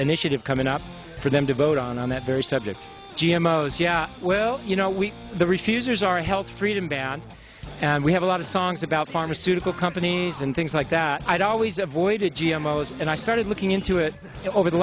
initiative coming up for them to vote on on that very subject g m o so yeah well you know we the refusers are a health freedom band and we have a lot of songs about pharmaceutical companies and things like that i'd always avoided g m o and i started looking into it over the